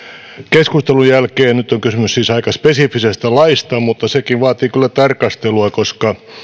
keskustelun jälkeen nyt on kysymys siis aika spesifisestä laista mutta sekin vaatii kyllä tarkastelua koska